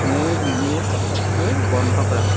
মোৰ বিমোৰ ছ'কেটটো বন্ধ কৰা